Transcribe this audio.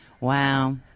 Wow